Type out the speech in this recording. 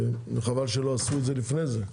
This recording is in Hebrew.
וחבל שלא עשו את זה לפני זה.